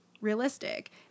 realistic